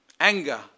Anger